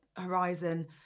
Horizon